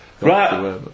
Right